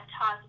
talk